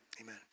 amen